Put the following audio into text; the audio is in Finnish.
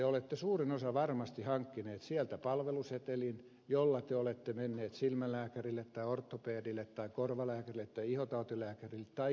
teistä suurin osa on varmasti hankkinut sieltä palvelusetelin jolla te olette menneet silmälääkärille tai ortopedille tai korvalääkärille tai ihotautilääkärille tai gynekologille